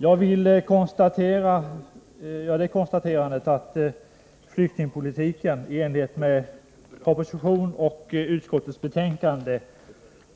Jag vill göra det konstaterandet att flyktingpolitiken, enligt propositionen och utskottets betänkande,